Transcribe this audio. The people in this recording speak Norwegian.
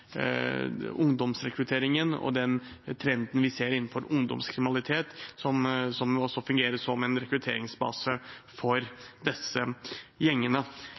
ungdomsrekrutteringen og trenden vi ser innenfor ungdomskriminalitet, som også fungerer som en rekrutteringsbase for disse gjengene.